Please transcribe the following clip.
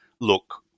look